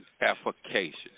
efficacious